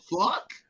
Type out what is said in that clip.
fuck